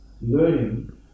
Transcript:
learning